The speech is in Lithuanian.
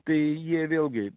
tai jie vėlgi